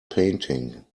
painting